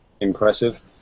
impressive